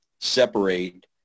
separate